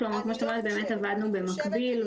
כמו שאת אומרת, באמת עבדנו במקביל.